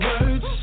words